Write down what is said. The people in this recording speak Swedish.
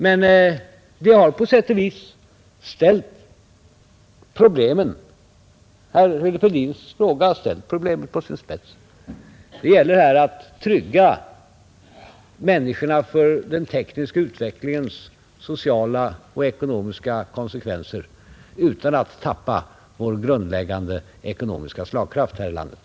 Men herr Fälldins fråga har på sätt och vis ställt problemet på dess spets: det gäller att trygga människorna för den tekniska utvecklingens sociala och ekonomiska konsekvenser utan att tappa vår grundläggande ekonomiska slagkraft här i landet.